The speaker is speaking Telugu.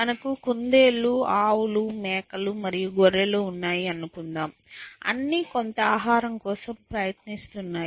మనకు కుందేళ్ళు ఆవులు మేకలు మరియు గొర్రెలు ఉన్నాయి అనుకుందాం అన్నీ కొంత ఆహారం కోసం ప్రయత్నిస్తున్నాయి